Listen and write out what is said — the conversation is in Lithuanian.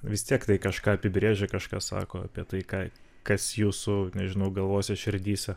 vis tiek tai kažką apibrėžia kažką sako apie tai ką kas jūsų nežinau galvose širdyse